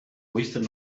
wasted